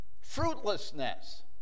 Fruitlessness